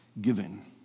giving